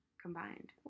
combined